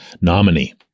nominee